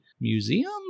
museum